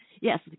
yes